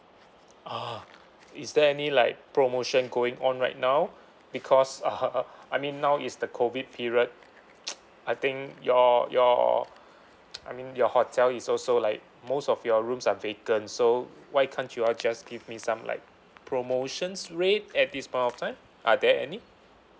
oh is there any like promotion going on right now because uh uh I mean now is the COVID period I think your your I mean your hotel is also like most of your rooms are vacant so why can't you all just give me some like promotions rate at this point of time are there any